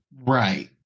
Right